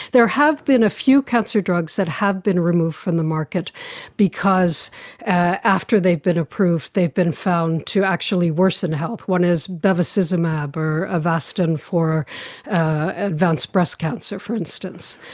there have been a few cancer drugs that have been removed from the market because after they've been approved they've been found to actually worsen health. one is bevacizumab or avastin for advanced breast cancer, for instance.